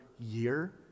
year